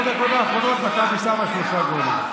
בעשר הדקות האחרונות מכבי שמה שלושה גולים.